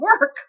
work